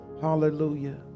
Hallelujah